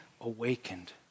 awakened